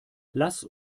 lass